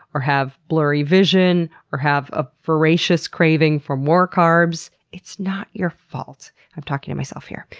or have blurry vision, or have a voracious craving for more carbs. it's not your fault i'm talking to myself here.